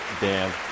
Dan